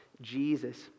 Jesus